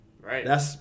Right